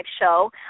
show